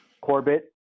Corbett